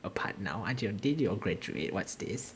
apart now aren't y'all didn't y'all graduate what's this